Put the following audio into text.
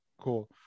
cool